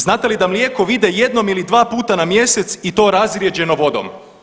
Znate li da mlijeko vide jednom ili dva puta na mjesec i to razrijeđeno vodom?